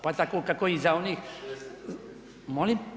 Pa tako kako i za onih … [[Upadica iz klupe se ne razumije]] Molim?